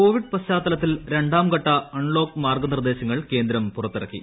Covid പശ്ചാത്തലത്തിൽ രണ്ടാം ഘട്ടം അൺലോക്ക് മാർഗ്ഗനിർദ്ദേശങ്ങൾ കേന്ദ്രം പുറത്തിറക്കി